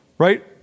Right